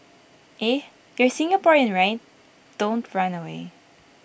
eh you're Singaporean right don't run away